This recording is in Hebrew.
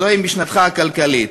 זוהי משנתך הכלכלית.